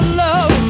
love